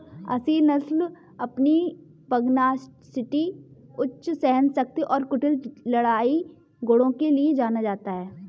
असील नस्ल अपनी पगनासिटी उच्च सहनशक्ति और कुटिल लड़ाई गुणों के लिए जाना जाता है